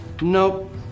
Nope